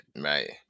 right